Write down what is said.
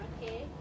okay